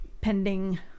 pending